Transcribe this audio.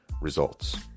results